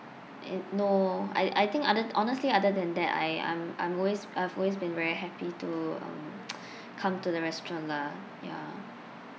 uh no I I think other honestly other than that I I'm I'm always I've always been very happy to um come to the restaurant lah ya